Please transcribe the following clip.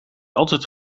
altijd